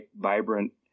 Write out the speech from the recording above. vibrant